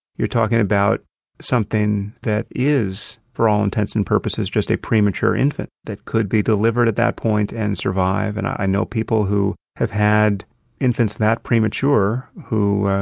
you're talking about something that is, for all intents and purposes, just a premature infant that could be delivered at that point and survive. and i know people who have had infants that premature who,